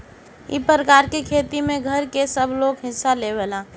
ई प्रकार के खेती में घर के सबलोग हिस्सा लेवेला